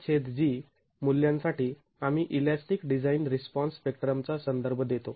Sag मूल्यांसाठी आम्ही elastic design response स्पेक्ट्रमचा संदर्भ देतो